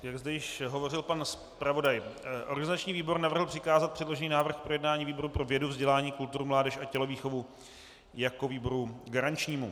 Jak zde již hovořil pan zpravodaj, organizační výbor navrhl přikázat předložený návrh k projednání výboru pro vědu, vzdělání, kulturu, mládež a tělovýchovu jako výboru garančnímu.